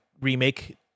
remake